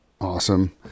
Awesome